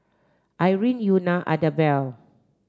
Irene Euna Idabelle